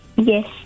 Yes